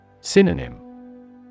Synonym